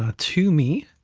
ah to me,